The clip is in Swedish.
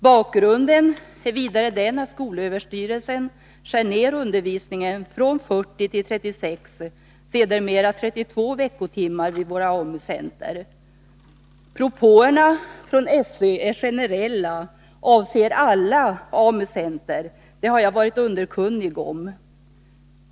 Bakgrunden är vidare den, vid AMU-center att skolöverstyrelsen skär ner undervisningen från 40 till 36, och sedermera till 32, veckotimmar vid våra AMU-centra. Propåerna från SÖ är generella, avser alla AMU-center. Det har jag varit underkunnig om.